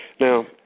Now